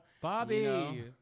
Bobby